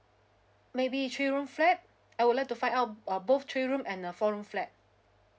maybe three room flat I would like to find out uh both three room and a four room flat